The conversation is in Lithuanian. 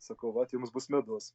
sakau va tai jums bus medus